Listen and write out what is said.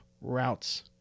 routes